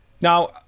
Now